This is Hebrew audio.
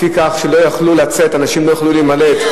לפי כך שאנשים לא יכלו להימלט,